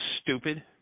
stupid